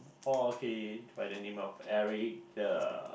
oh okay by the name of Eric uh